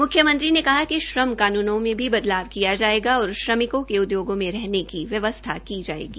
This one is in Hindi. मुख्यमंत्री ने कहा कि श्रम कानूनों में भी बदलाव किया जायेगा और श्रमिकों के उद्योगों में रहने की व्यवस्था की जायेगी